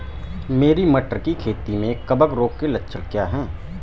मेरी मटर की खेती में कवक रोग के लक्षण क्या हैं?